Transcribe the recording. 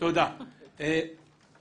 אנחנו לא קיבלנו תשובה לשתי השאלות,